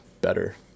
better